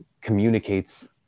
communicates